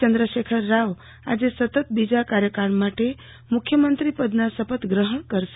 ચંદ્રશેખર રાવ આજે સતત બીજા કાર્યકાળ માટે મુખ્યમંત્રી પદના શપથગ્રહણ કરશે